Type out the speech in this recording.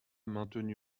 maintenu